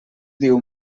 diu